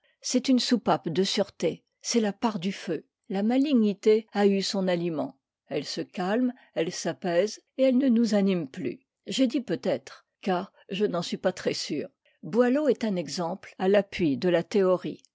c'est une soupape de sûreté c'est la part du feu la malignité a eu son aliment elle se calme elle s'apaise et elle ne nous anime plus j'ai dit peut-être car je n'en suis pas très sûr boileau est un exemple à l'appui de la théorie